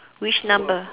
which number